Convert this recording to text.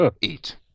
eat